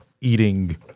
eating